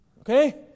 Okay